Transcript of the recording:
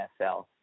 NFL